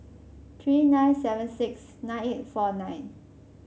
three nine seven six nine eight four nine